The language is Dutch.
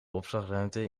opslagruimte